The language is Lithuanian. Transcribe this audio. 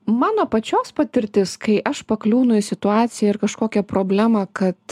mano pačios patirtis kai aš pakliūnu į situaciją ir kažkokią problemą kad